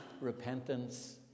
repentance